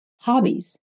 Hobbies